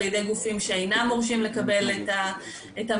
ידי גופים שאינם מורשים לקבל את המידע.